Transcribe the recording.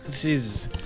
Jesus